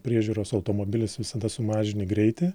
priežiūros automobilis visada sumažini greitį